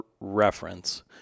reference